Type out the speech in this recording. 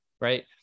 Right